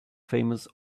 famous